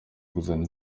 kuzana